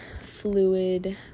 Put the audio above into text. fluid